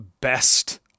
best